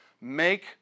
make